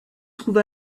trouve